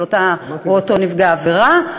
של אותה או אותו נפגע עבירה,